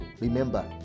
remember